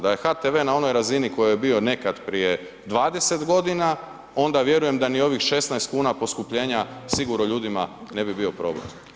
Da je HTV-e na onoj razini na kojoj je bio nekada prije 20 godina, onda vjerujem da ni ovih 16 kuna poskupljenja sigurno ljudima ne bi bio problem.